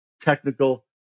technical